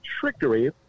trickery